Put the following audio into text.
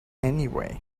anyway